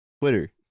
Twitter